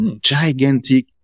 gigantic